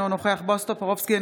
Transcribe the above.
אינו נוכח בועז טופורובסקי,